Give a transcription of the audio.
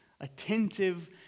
Attentive